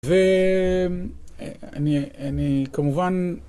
ואני כמובן...